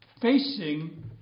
facing